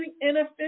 inefficient